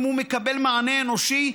אם הוא מקבל מענה אנושי,